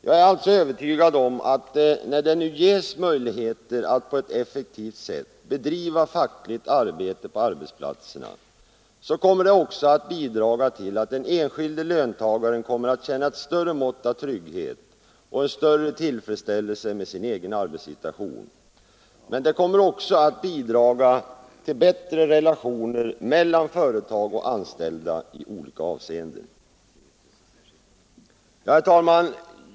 Jag är alltså övertygad om att när det nu ges möjlighet att bedriva ett effektivt fackligt arbete på arbetsplatserna kommer det inte bara att bidraga till att den enskilde löntagaren känner ett större mått av trygghet och en större tillfredsställelse med sin egen arbetssituation utan också att skapa bättre relationer i olika avseenden mellan företag och anställda. Herr talman!